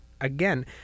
again